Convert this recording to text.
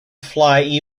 fly